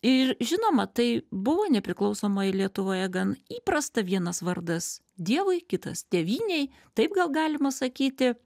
ir žinoma tai buvo nepriklausomoj lietuvoje gan įprasta vienas vardas dievui kitas tėvynei taip gal galima sakyti